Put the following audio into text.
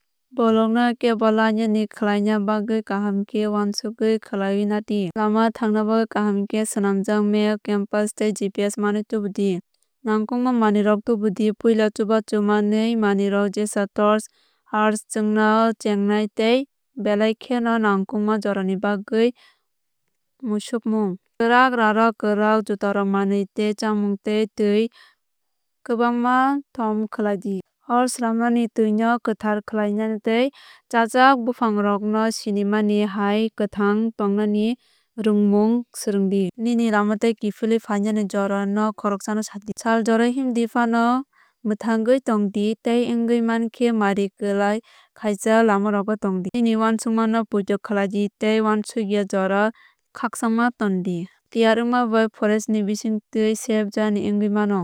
Bolong no kebo lainani khwlaina bagwi kaham khe uansugui khwlaioui na di. Lama thangna bagwi kaham khe saimanjak map compass tei GPS manwi tubudi. Nangkukma manwirok tubudi. Puila chubachu manui manwirok jesa torch hór chungna chengnai tei belai kheno nangkukma jorani bagwi musukmung. Kwrak rírok kwrak jutarok kanwi tei chámung tei twi kwbángma thom khlai di. Hor snammani twino kwthar khlaimani tei chajak buphangrokno sinimani hai kwthang tongnani rungmung swrwngdi. Nini lama tei kiphilwi phainani jora no khoroksano sa di. Sal jorao himdi phanno mwthangwi tongdi tei wngwi mankhe mari kwlang khaijak lamarogo tongdi. Nini uansukma no poito khlai di tei uansukya jorao khakchangma tongdi. Tiyar wngma bai forest ni bisingtwi safe journey wngwi mano.